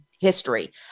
history